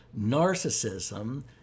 Narcissism